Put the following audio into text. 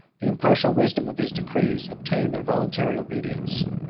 the impartial wisdom of his decrees obtained their voluntary obedience,